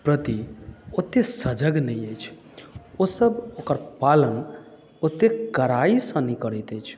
प्रति ओतेक सजग नहि अछि ओ सब ओकर पालन ओतेक कड़ाईसँ नहि करैत अछि